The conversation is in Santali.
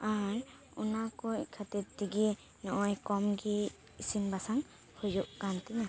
ᱟᱨ ᱚᱱᱟ ᱠᱩ ᱠᱷᱟᱹᱛᱤᱨ ᱛᱮᱜᱮ ᱱᱚᱜᱼᱚᱭ ᱠᱚᱢ ᱜᱮ ᱤᱥᱤᱱ ᱵᱟᱥᱟᱝ ᱦᱩᱭᱩᱜ ᱠᱟᱱ ᱛᱤᱧᱟᱹ